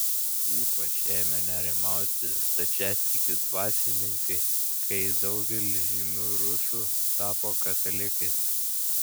ypač ėmė nerimauti stačiatikių dvasininkai kai daugelis žymių rusų tapo katalikais